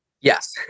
Yes